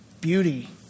beauty